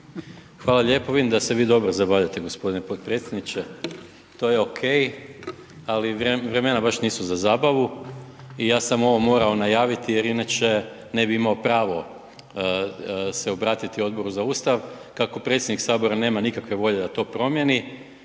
Hvala lijepo. Vidim da se vi dobro zabavljate g. potpredsjedniče, to je okej, ali vremena baš nisu za zabavu i ja sam ovo morao najaviti jer inače ne bi imao pravo se obratiti Odboru za Ustav, kako predsjednik sabora nema nikakve volje da to promijeni,